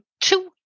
two